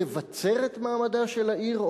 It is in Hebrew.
תבצר את מעמדה של העיר,